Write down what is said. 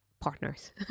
partners